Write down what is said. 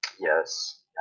Yes